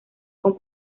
con